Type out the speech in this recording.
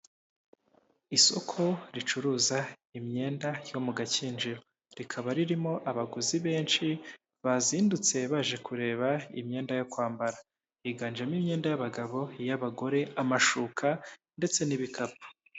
Isoko ricuruza imyenda yo mu gakinjiro, rikaba ririmo abaguzi benshi bazindutse baje kureba imyenda yo kwambara. Yiganjemo imyenda y'abagabo, iy'abagore amashuka ndetse n'ibikapu.